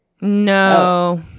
No